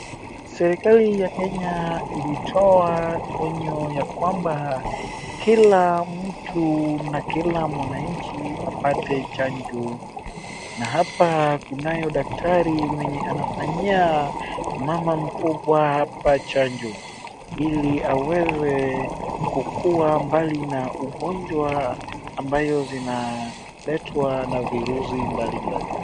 Serikali ya Kenya ilitoa onyo yakwamba kila mtu na kila mwananchi apate chanjo. Na hapa kunayo daktari mwenye anafanyia mama mkubwa hapa chanjo, ili aweze kukuwa mbali na ugonjwa ambayo zinaletwa na virusi mbalimbali.